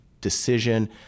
decision